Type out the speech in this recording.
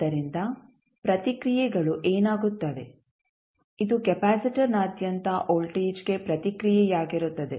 ಆದ್ದರಿಂದ ಪ್ರತಿಕ್ರಿಯೆಗಳು ಏನಾಗುತ್ತವೆ ಇದು ಕೆಪಾಸಿಟರ್ನಾದ್ಯಂತ ವೋಲ್ಟೇಜ್ಗೆ ಪ್ರತಿಕ್ರಿಯೆಯಾಗಿರುತ್ತದೆ